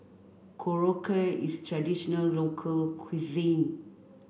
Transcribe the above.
Korokke is traditional local cuisine